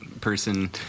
person